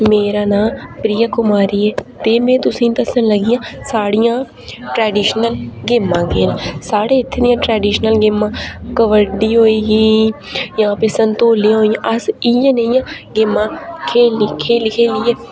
मेरा नां प्रिया कुमारी ऐ ते में तुसें ई दस्सन लगी आं साढ़ियां ट्रडिशनल गेमां केह् न साढ़े इत्थै दियां ट्रडिशनल गेमां कबड्डी होई गेई जां भी संतोलिया होई गेआ अस इ'यै नेही गेमां खेढी खेढी खेढियै